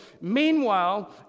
meanwhile